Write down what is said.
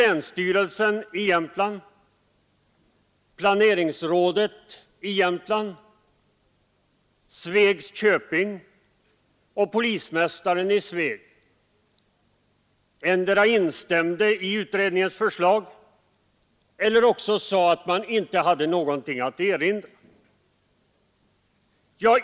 Länsstyrelsen i Jämtland, planeringsrådet i Jämtland, Svegs köping och polismästaren i Sveg endera instämde i utredningens förslag eller anförde att man inte hade någonting att invända.